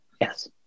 Yes